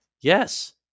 yes